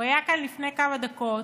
הוא היה כאן לפני כמה דקות.